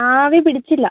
ആവി പിടിച്ചില്ല